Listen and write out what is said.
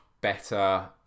better